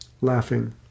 laughing